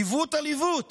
עיוות על עיוות